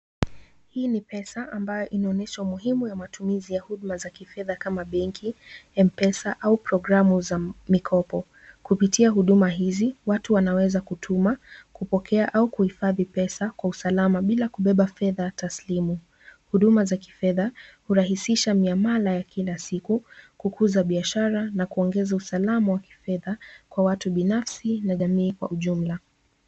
Hii ni pesa ambayo inaonyesha umuhimu ya matumizi ya huduma za kifedha kama benki, M-Pesa au programu za mikopo. Kupitia huduma hizi, watu wanaweza kutuma, kupokea au kuhifadhi pesa kwa usalama bila kubeba fedha taslimu. Huduma za kifedha hurahisisha miamala ya kila siku, kukuza biashara na kuongeza usalama wa kifedha kwa watu binafsi na jamii kwa ujumla.